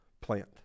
plant